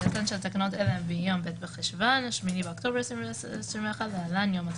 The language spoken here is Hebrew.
א' תוקפן של תקנות אלה הוא מיום ב' בחשוון 8/10/2021 להלן יום התחילה,